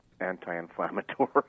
anti-inflammatory